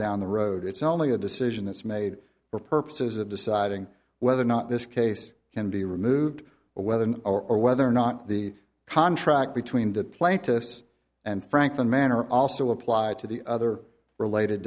down the road it's only a decision it's made for purposes of deciding whether or not this case can be removed or whether or or whether or not the contract between that plaintiffs and franklin manor also applied to the other related